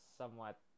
somewhat